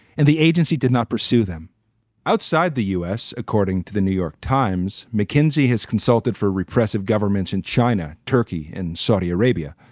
and the agency did not pursue them outside the u s, according to the new york times. mckinsey has consulted for repressive governments in china, turkey and saudi arabia.